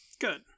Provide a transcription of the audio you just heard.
Good